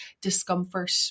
discomfort